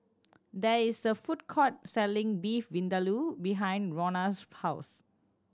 there is a food court selling Beef Vindaloo behind Rhona's house